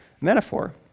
metaphor